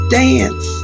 dance